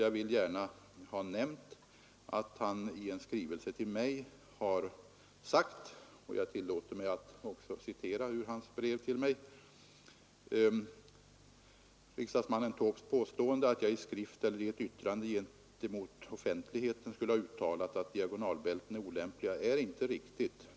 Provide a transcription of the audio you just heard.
Jag vill gärna nämna att han i ett brev till mig har anfört vissa synpunkter och jag tillåter mig att citera följande: ”Riksdagsmannen Taubes påstående att jag i skrift eller i ett yttrande gentemot offentligheten skulle ha uttalat att diagonalbälten är olämpliga är inte riktigt.